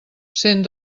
cent